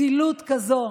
זילות כזאת